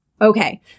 Okay